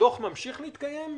הדוח ממשיך להתקיים,